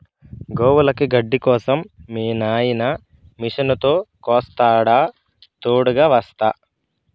గోవులకి గడ్డి కోసం మీ నాయిన మిషనుతో కోస్తాడా తోడుగ వస్తా